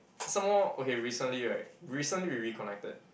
some more okay recently right recently we reconnected